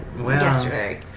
yesterday